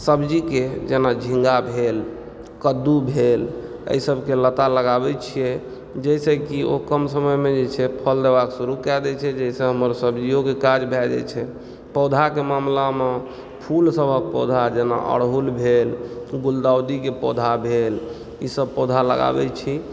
सब्जी के जेना झींगा भेल कद्दू भेल अइ सबके लता लगाबै छियै जाहि सऽ कि ओ कम समयमे जे छै फल देबाक शुरू कए दै छै जाहि सऽ हमर सब्जीयो के काज भए जाइ छै पौधा के मामला मे फूल सबहक पौधा जेना अड़हुल भेल गुलदाबड़ी के पौधा भेल ई सब पौधा लगाबै छी